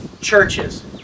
churches